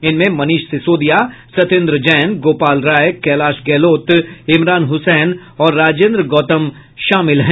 इनमें मनीष सिसोदिया सत्येंद्र जैन गोपाल राय कैलाश गहलोत इमरान हुसैन और राजेन्द्र गौतम शामिल हैं